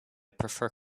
prefer